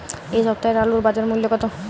এ সপ্তাহের আলুর বাজার মূল্য কত?